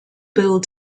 bill